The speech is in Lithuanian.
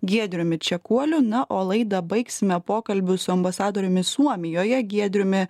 giedriumi čekuoliu na o laidą baigsime pokalbiu su ambasadoriumi suomijoje giedriumi